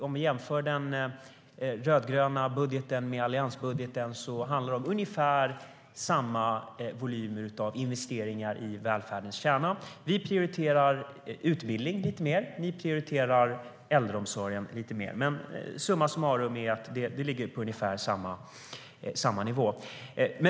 Om vi jämför den rödgröna budgeten med alliansbudgeten handlar det om ungefär samma volym av investeringar i välfärdens kärna. Vi prioriterar utbildning lite mer, och ni prioriterar äldreomsorgen lite mer. Men summa summarum ligger vi på ungefär samma nivå.